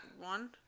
one